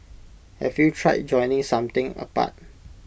have you tried joining something apart